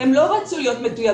שהן לא רצו להיות מתויגות.